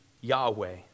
Yahweh